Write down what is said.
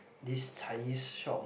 this Chinese shop